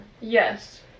Yes